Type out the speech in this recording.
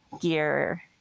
gear